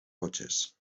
coches